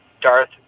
Darth